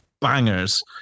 bangers